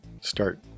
start